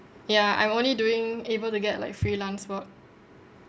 ya I'm only doing able to get like freelance work